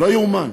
לא יאומן.